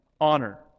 honor